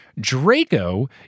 Draco